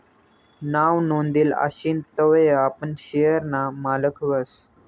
नाव नोंदेल आशीन तवय आपण शेयर ना मालक व्हस